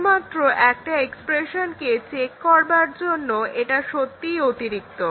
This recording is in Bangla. শুধুমাত্র একটা এক্সপ্রেশনকে চেক করবার জন্য এটা সত্যিই অতিরিক্ত